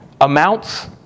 amounts